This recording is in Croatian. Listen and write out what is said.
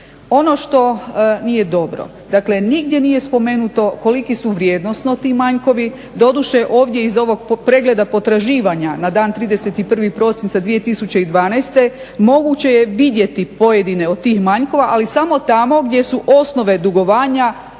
Ono što nije dobro, dakle nigdje nije spomenuto koliki su vrijednosno ti manjkovi, doduše ovdje iz ovog pregleda potraživanja na dan 31. prosinca 2012. moguće je vidjeti pojedine od tih manjkova, ali samo tamo gdje su osnove dugovanja